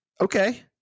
Okay